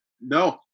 No